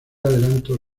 adelanto